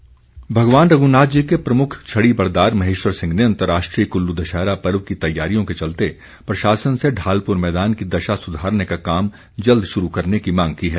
मांग भगवान रघुनाथ जी के प्रमुख छड़ीबरदार महेश्वर सिंह ने अंतर्राष्ट्रीय कुल्लू दशहरा पर्व की तैयारियों के चलते प्रशासन से ढालपुर मैदान की दशा सुधारने का काम जल्द शुरू करने की मांग की है